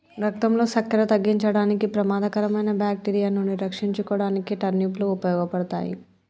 రక్తంలో సక్కెర తగ్గించడానికి, ప్రమాదకరమైన బాక్టీరియా నుండి రక్షించుకోడానికి టర్నిప్ లు ఉపయోగపడతాయి